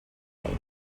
feina